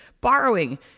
borrowing